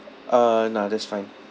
uh nah that's fine